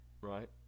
right